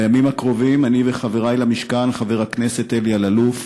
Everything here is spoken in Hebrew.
בימים הקרובים אני וחברי למשכן חבר הכנסת אלי אלאלוף